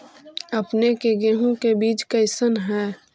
अपने के गेहूं के बीज कैसन है?